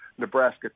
Nebraska